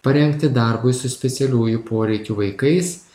parengti darbui su specialiųjų poreikių vaikais